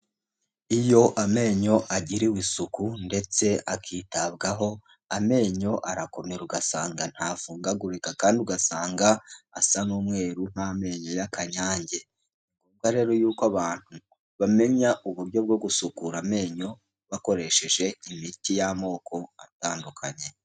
Iyo amenyo agiriwe isuku ndetse akitabwaho, amenyo arakomera ugasanga ntavungagurika kandi ugasanga asa n'umweru nk'amenyo y'akanyange. Ni ngombwa rero y'uko abantu bamenya uburyo bwo gusukura amenyo bakoresheje imiti y'amoko atandukanye.